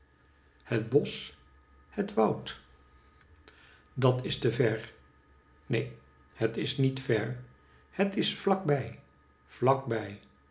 het bosch het woud datistever neen het is niet ver het is vlak bij vlakbij